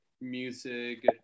music